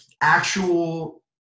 actual